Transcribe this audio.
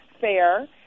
fair